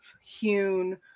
hewn